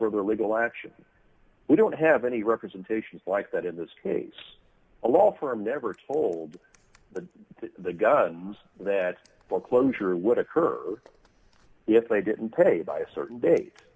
further legal d action we don't have any representations like that in this case a law firm never told the guns that foreclosure would occur if they didn't pay by a certain date